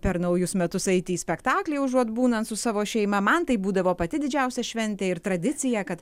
per naujus metus eiti į spektaklį užuot būnan su savo šeima man tai būdavo pati didžiausia šventė ir tradicija kad